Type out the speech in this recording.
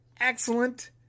excellent